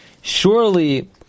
surely